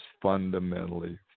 fundamentally